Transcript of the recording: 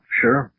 sure